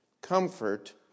comfort